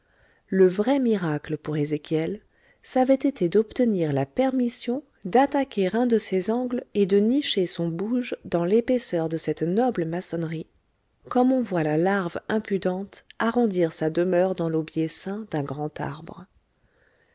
le vrai miracle pour ezéchiel c'avait été d'obtenir la permission d'attaquer un de ces angles et de nicher son bouge dans l'épaisseur de cette noble maçonnerie comme on voit la larve impudente arrondir sa demeure dans l'aubier sain d'un grand arbre